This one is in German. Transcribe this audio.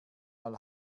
mal